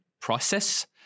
process